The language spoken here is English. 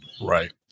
right